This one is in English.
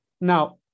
now